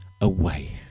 away